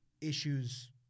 issues